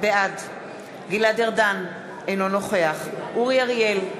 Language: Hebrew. בעד גלעד ארדן, אינו נוכח אורי אריאל,